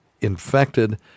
infected